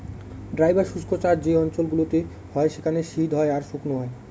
dry বা শুস্ক চাষ যে অঞ্চল গুলোতে হয় সেখানে শীত হয় আর শুকনো হয়